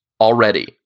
already